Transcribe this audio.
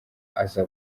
aza